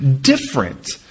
different